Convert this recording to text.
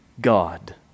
God